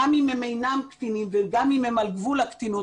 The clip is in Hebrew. גם אם הם אינם קטינים וגם אם הם על גבול הקטינות,